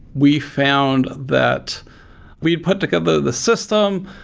we found that we put together the system.